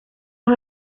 los